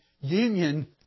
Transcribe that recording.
union